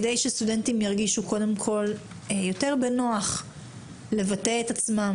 כדי שסטודנטים ירגישו יותר בנוח לבטא את עצמם,